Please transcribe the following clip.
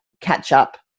catch-up